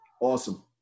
Awesome